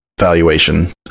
Valuation